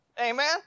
amen